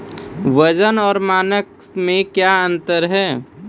वजन और मानक मे क्या अंतर हैं?